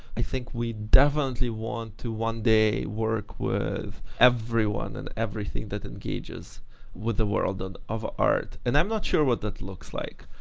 i think we definitely want to one day work with everyone and everything that engages with the world and of art, and i'm not sure what that looks like.